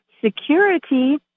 security